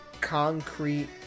concrete